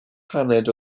paned